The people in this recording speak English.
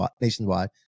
nationwide